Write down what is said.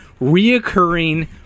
reoccurring